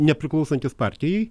nepriklausantis partijai